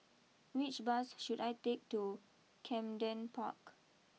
which bus should I take to Camden Park